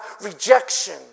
rejection